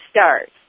start